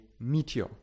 meteor